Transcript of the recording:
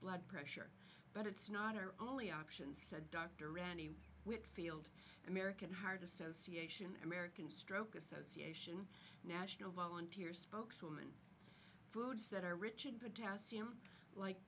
blood pressure but it's not our only option said dr randy whitfield american heart association an american stroke association national volunteer spokeswoman foods that are rich and potassium like